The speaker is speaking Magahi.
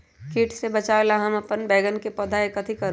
किट से बचावला हम अपन बैंगन के पौधा के कथी करू?